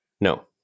No